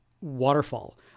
waterfall